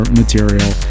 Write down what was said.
material